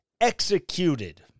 executed